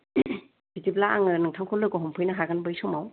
बिदिब्ला आङो नोंथांखौ लोगो हमनो हागोन बै समाव